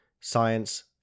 science